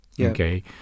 okay